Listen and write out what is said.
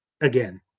again